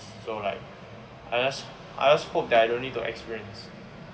so like I just I just hope that I don't need to experience